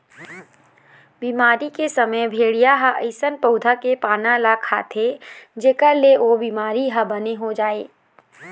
बिमारी के समे भेड़िया ह अइसन पउधा के पाना ल खाथे जेखर ले ओ बिमारी ह बने हो जाए